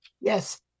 Yes